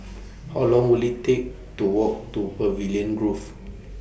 How Long Will IT Take to Walk to Pavilion Grove